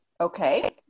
Okay